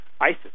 ISIS